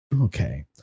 Okay